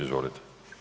Izvolite.